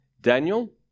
daniel